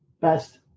best